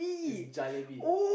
it's jalebi